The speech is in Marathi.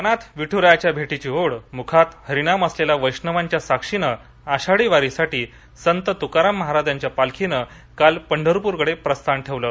मनात विठुरायाच्या भेटीची ओढ मुखात हरीनाम असलेल्या हजारो वैष्णवांच्या साक्षीनं आषाढी वारीसाठी संत तुकाराम महाराज यांच्या पालखीनं काल पंढरप्रकडे प्रस्थान ठेवलं